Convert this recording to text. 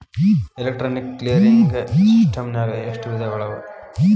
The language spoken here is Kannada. ಎಲೆಕ್ಟ್ರಾನಿಕ್ ಕ್ಲಿಯರಿಂಗ್ ಸಿಸ್ಟಮ್ನಾಗ ಎಷ್ಟ ವಿಧಗಳವ?